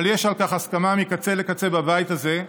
אבל יש על כך הסכמה מקצה לקצה בבית הזה,